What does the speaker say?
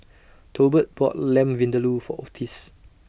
Tolbert bought Lamb Vindaloo For Otis